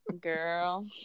Girl